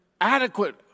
adequate